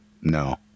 No